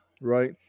Right